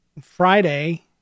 Friday